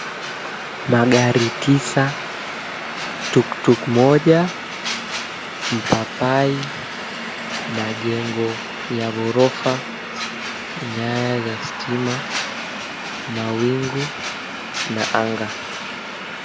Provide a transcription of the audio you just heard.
Magari tisa, tuktuk moja, mpapai, majengo ya ghorofa, nyaya za stima, mawingu na anga.